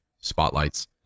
spotlights